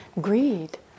greed